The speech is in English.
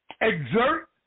exert